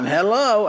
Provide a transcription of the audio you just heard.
Hello